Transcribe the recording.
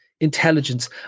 intelligence